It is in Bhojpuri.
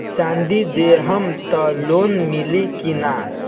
चाँदी देहम त लोन मिली की ना?